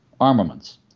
armaments